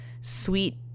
sweet